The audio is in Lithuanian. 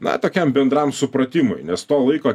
na tokiam bendram supratimui nes to laiko